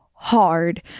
hard